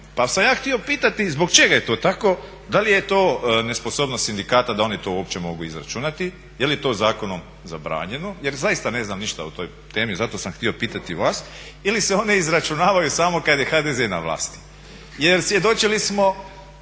Pa sam ja htio pitati zbog čega je to tako, da li je to nesposobnost sindikata da oni to uopće mogu izračunati, je li to zakonom zabranjeno jer zaista ne znam ništa o toj temi, zato sam htio pitati vas, ili se one izračunavaju samo kad je HDZ na vlasti. Jer svjedočili smo